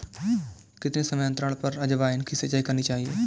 कितने समयांतराल पर अजवायन की सिंचाई करनी चाहिए?